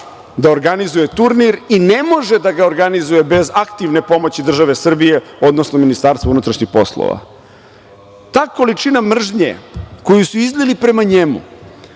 da organizuje turnir i ne može da ga organizuje bez aktivne pomoći države Srbije, odnosno Ministarstva unutrašnjih poslova. Ta količina mržnje koju su izlili prema njemu